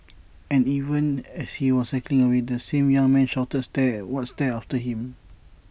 and even as he was cycling away the same young man shouted stare what stare after him